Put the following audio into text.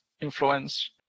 influence